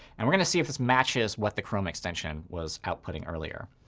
and we're going to see if this matches what the chrome extension was outputting earlier.